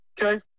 Okay